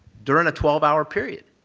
during a twelve hour period.